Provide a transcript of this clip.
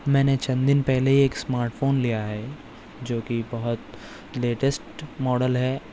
میں نے چند دِن پہلے ایک اسماٹ فون لیا ہے جو کہ بہت لیٹیسٹ ماڈل ہے